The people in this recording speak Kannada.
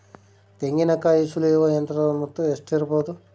ತೆಂಗಿನಕಾಯಿ ಸುಲಿಯುವ ಯಂತ್ರದ ಮೊತ್ತ ಎಷ್ಟಿರಬಹುದು?